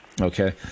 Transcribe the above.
Okay